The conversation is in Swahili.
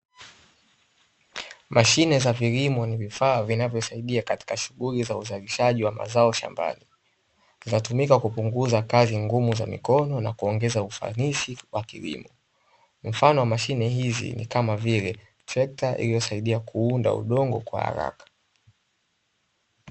Mashine za vilimo ni vifaa vinavyosaidia katika shughuli za uzalishaji wa mazao shambani, zinatumika kupunguza kazi ngumu za mikono na kuongeza ufanisi, wa kilimo mfano wa mashine hizi ni kama vile trekta iliyosaidia kuunda udongo kwa haraka.